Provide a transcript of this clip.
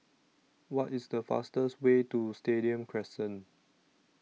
What IS The fastest Way to Stadium Crescent